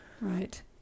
Right